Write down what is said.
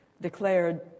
declared